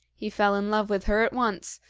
he fell in love with her at once,